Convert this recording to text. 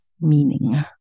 meaning